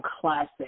classic